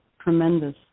tremendous